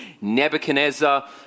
Nebuchadnezzar